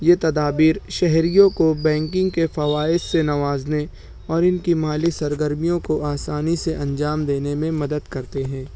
یہ تدابیر شہریوں کو بینکنگ کے فوائد سے نوازنے اور ان کی مالی سرگرمیوں کو آسانی سے انجام دینے میں مدد کرتے ہیں